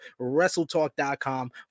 wrestletalk.com